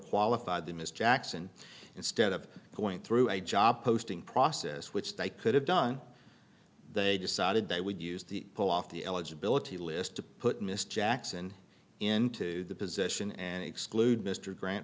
qualified than ms jackson instead of going through a job posting process which they could have done they decided they would use the pull off the eligibility list to put mr jackson into the position and exclude mr grant